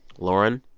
lauren,